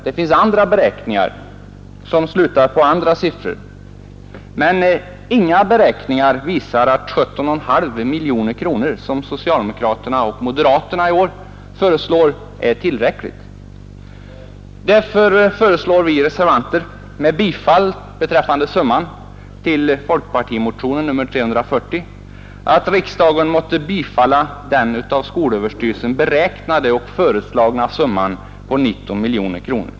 Det finns beräkningar som slutar på andra siffror, men inga beräkningar visar att 17,5 miljoner kronor, som socialdemokraterna och moderaterna i år föreslår, är tillräckligt. Därför föreslår vi reservanter med bifall beträffande summan till folkpartimotionen 340 att riksdagen i enlighet med skolöverstyrelsens beräkningar och förslag måtte bestämma anslagssumman till 19 miljoner kronor.